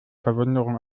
verwunderung